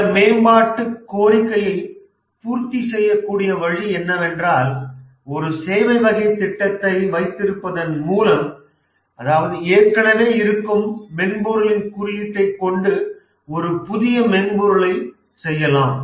இந்த மேம்பாட்டு கோரிக்கையை பூர்த்தி செய்யக்கூடிய வழி என்னவென்றால் ஒரு சேவை வகை திட்டத்தை வைத்திருப்பதன் மூலம் ஏற்கனவே இருக்கும் மென்பொருளின் குறியீட்டை கொண்டு ஒரு புதிய மென்பொருளை செய்யலாம்